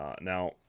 Now